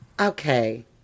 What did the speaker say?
okay